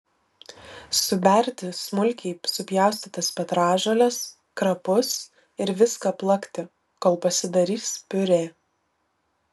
suberti smulkiai supjaustytas petražoles krapus ir viską plakti kol pasidarys piurė